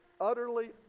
utterly